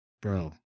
bro